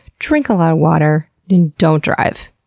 drink a lot of water and don't drive.